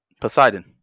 Poseidon